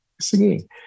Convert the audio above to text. singing